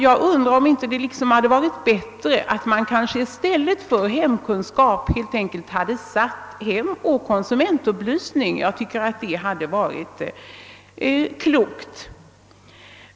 Jag undrar om det inte hade varit klokt att man i stället för »hemkunskap» helt enkelt hade kallat ämnet »hemoch konsumentupplysning».